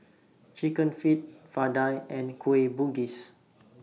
Chicken Feet Vadai and Kueh Bugis